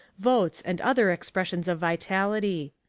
votes and other expressions of vitality.